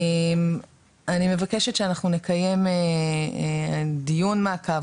אני מבקשת שאנחנו נקיים דיון מעקב,